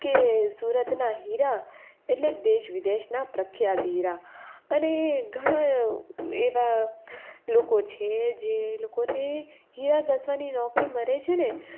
કે સુરતના હીરા એટલે દેશ વિદેશના પ્રખ્યાત હીરા અને ઘણા એવા લોકો છે જે લોકોને હીરા ઘસવાની નોકરી મળે છે ને તો